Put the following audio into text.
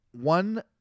one